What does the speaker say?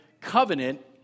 covenant